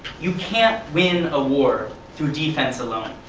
you can't win a war through defense alone,